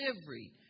delivery